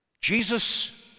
Jesus